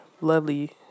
Lovely